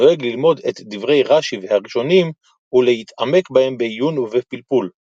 נוהג ללמוד את דברי רש"י והראשונים ולהתעמק בהם בעיון ובפלפול;